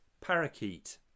parakeet